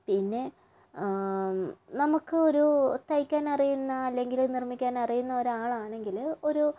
പിന്നെ നമുക്ക് ഒരു തയ്ക്കാനറിയുന്ന അല്ലെങ്കിൽ നിർമിക്കാനറിയുന്ന ഒരാളാണെങ്കില് ഒരു